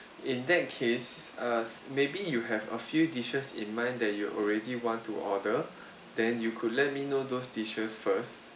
in that case uh maybe you have a few dishes in mind that you already want to order then you could let me know those dishes first